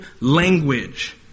language